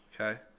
Okay